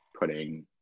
putting